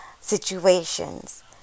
situations